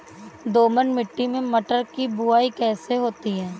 दोमट मिट्टी में मटर की बुवाई कैसे होती है?